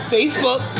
Facebook